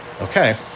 Okay